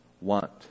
want